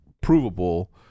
provable